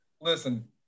Listen